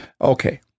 Okay